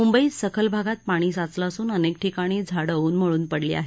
मुंबईत सखलभागात पाणी साचलं असून अनेक ठिकाणी झाडं उन्मळून पडली आहेत